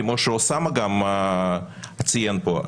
כמו שגם אוסאמה ציין פה.